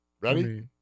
Ready